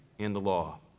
and the law.